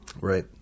Right